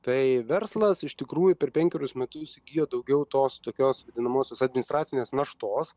tai verslas iš tikrųjų per penkerius metus įgijo daugiau tos tokios vadinamosios administracinės naštos